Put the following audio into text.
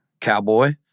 Cowboy